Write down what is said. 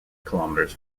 kilometers